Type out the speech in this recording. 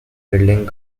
building